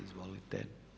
Izvolite.